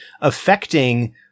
affecting